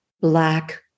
black